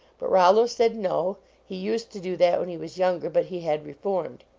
but rollo said no he used to do that when he was younger. but he had reformed.